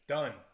Done